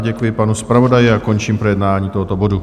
Děkuji panu zpravodaji a končím projednání tohoto bodu.